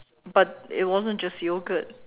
but it wasn't just yogurt